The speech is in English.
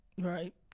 Right